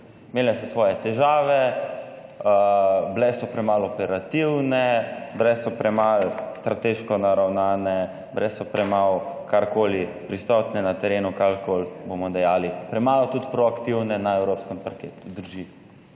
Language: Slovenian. Imele so svoje težave, bile so premalo operativne, bile so premalo strateško naravnane, bile so premalo, karkoli prisotne na terenu, karkoli bomo dajali. Premalo tudi proaktivne na evropskem parketu. Drži.